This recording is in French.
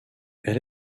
elle